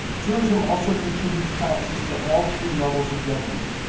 tourism also contributes taxes to all three levels of government.